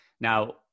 Now